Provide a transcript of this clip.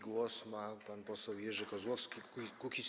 Głos ma pan poseł Jerzy Kozłowski, Kukiz’15.